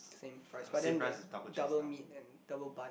same price but then the double meat and double bun